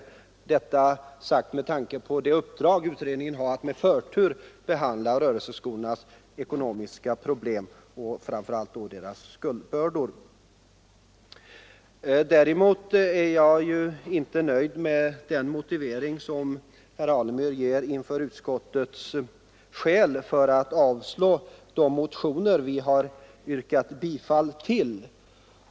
Jag ställer denna fråga med tanke på det uppdrag utredningen har att med förtur behandla rörelseskolornas ekonomiska problem och framför allt deras skuldbördor. Däremot är jag inte nöjd med den motivering som herr Alemyr ger för utskottets yrkande om avslag på de motioner som vi har hemställt om bifall till.